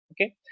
Okay